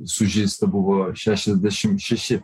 sužeista buvo šešiasdešim šeši